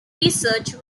research